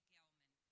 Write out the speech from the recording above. Gelman